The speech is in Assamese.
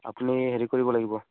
আপুনি হেৰি কৰিব লাগিব